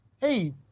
hey